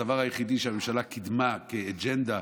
הדבר היחיד שהמדינה קידמה כאג'נדה,